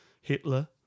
Hitler